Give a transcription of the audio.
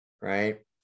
Right